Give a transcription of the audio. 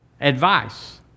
advice